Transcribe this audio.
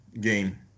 game